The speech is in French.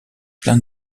plein